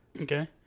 Okay